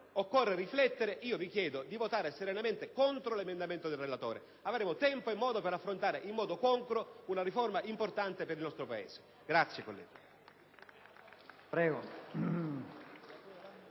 occorre riflettere, vi chiedo di votare serenamente contro l'emendamento del relatore. Avremo tempo e modo per affrontare in modo congruo una riforma così importante per il nostro Paese. *(Applausi dal Gruppo